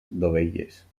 dovelles